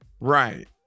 Right